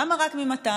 למה רק מ-200?